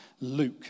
Luke